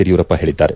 ಯಡಿಯೂರಪ್ಪ ಹೇಳಿದ್ದಾರೆ